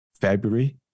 february